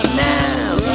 now